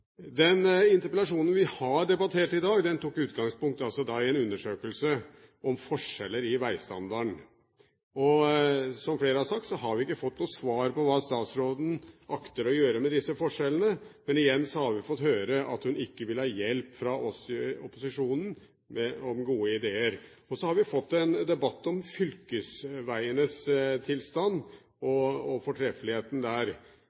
Den interpellasjonen vi har debattert i dag, tok altså utgangspunkt i en undersøkelse om forskjeller i veistandarden. Som flere har sagt, har vi ikke fått noe svar på hva statsråden akter å gjøre med disse forskjellene, men igjen har vi fått høre at hun ikke vil ha hjelp fra oss i opposisjonen med gode ideer. Så har vi fått en debatt om fylkesveienes tilstand og fortreffeligheten der.